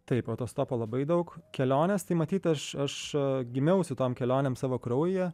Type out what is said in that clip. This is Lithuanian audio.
taip autostopo labai daug kelionės tai matyt aš aš gimiau su tom kelionėm savo kraujyje